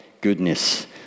goodness